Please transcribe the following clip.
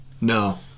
no